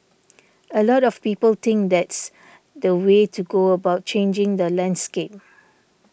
a lot of people think that's the way to go about changing the landscape